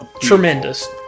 Tremendous